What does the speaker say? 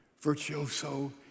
virtuoso